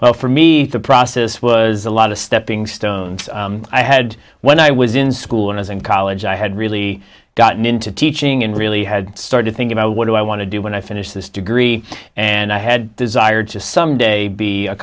well for me the process was a lot of stepping stone i had when i was in school and i was in college i had really gotten into teaching and really had started think about what do i want to do when i finish this degree and i had desired to someday be a